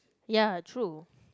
ya true